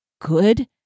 good